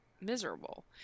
miserable